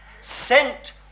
sent